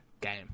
game